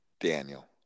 Daniel